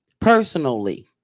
Personally